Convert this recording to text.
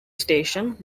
station